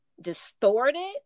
distorted